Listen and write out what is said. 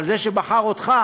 שבחר אותך